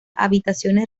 habitaciones